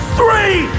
three